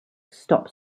stop